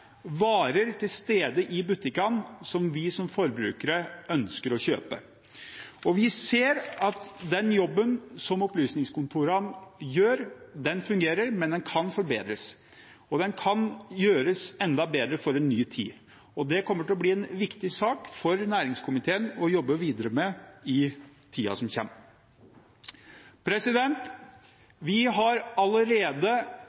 varer i butikkene, som vi som forbrukere ønsker å kjøpe. Vi ser at den jobben som opplysningskontorene gjør, fungerer, men kan forbedres. Den jobben kan gjøres enda bedre for en ny tid. Det kommer til å bli en viktig sak for næringskomiteen å jobbe videre med i tiden som